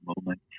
Moment